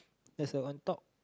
there's a on top